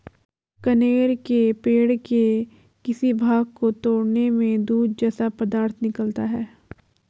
कनेर के पेड़ के किसी भाग को तोड़ने में दूध जैसा पदार्थ निकलता है